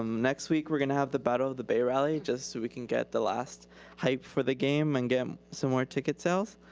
um next week, we're gonna have the battle of the bay rally just so we can get the last hype for the game and get some more ticket sells.